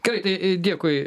gerai tai dėkui